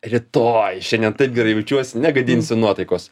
rytoj šiandien taip gerai jaučiuos negadinsiu nuotaikos